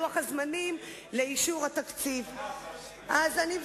מר אלקין, זה הזמן שלי, אז בבקשה.